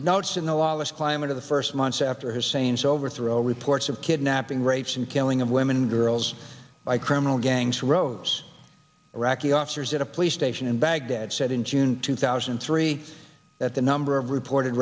last climate of the first months after hussein's overthrow reports of kidnapping rapes and killing of women girls by criminal gangs rose iraqi officers at a police station in baghdad said in june two thousand and three that the number of report